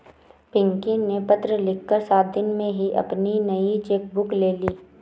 पिंकी ने पत्र लिखकर सात दिन में ही अपनी नयी चेक बुक ले ली